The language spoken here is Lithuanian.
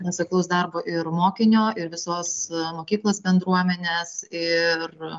nuoseklaus darbo ir mokinio ir visos mokyklos bendruomenės ir